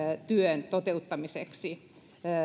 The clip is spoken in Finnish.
työn toteuttamiseksi